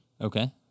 Okay